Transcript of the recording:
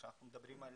כשאנחנו מדברים על